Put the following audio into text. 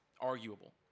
arguable